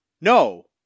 No